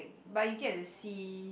but you get to see